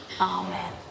Amen